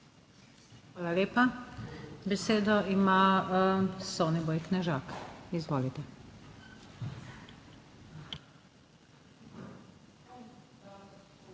Hvala lepa. Besedo ima Soniboj Knežak. Izvolite.